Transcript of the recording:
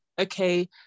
okay